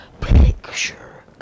picture